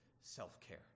self-care